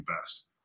best